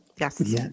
Yes